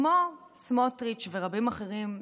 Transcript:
כמו סמוטריץ' ורבים אחרים,